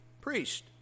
priest